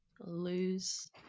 lose